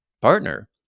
partner